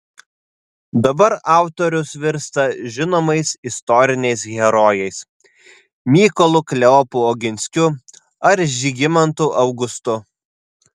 dabar autorius virsta žinomais istoriniais herojais mykolu kleopu oginskiu ar žygimantu augustu